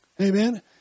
Amen